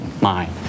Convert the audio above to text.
mind